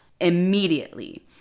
immediately